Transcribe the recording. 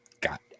got